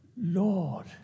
Lord